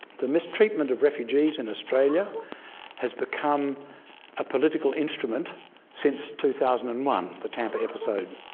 the mistreatment of refugees in australia has become a political instrument since two thousand and one the tampa episode.